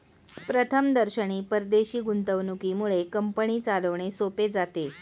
प्रथमदर्शनी परदेशी गुंतवणुकीमुळे कंपनी चालवणे सोपे जाते